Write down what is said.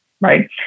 right